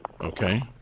Okay